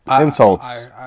insults